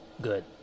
good